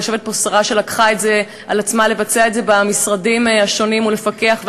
יושבת פה שרה שלקחה על עצמה לבצע את זה במשרדים השונים ולפקח,